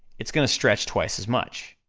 it's gonna stretch twice as much.